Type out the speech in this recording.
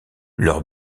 leur